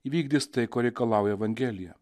įvykdys tai ko reikalauja evangelija